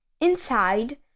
Inside